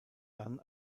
dann